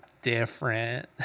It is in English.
Different